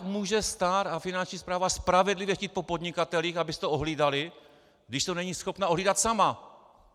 Jak může stát a Finanční správa spravedlivě chtít po podnikatelích, aby si to ohlídali, když to není schopna ohlídat sama?